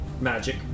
magic